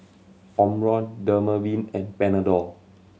Omron Dermaveen and Panadol